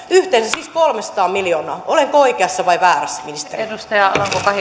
yhteensä siis kolmesataa miljoonaa olenko oikeassa vai väärässä ministeri